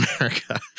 America